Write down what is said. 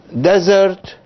desert